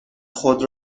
خود